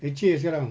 leceh ah sekarang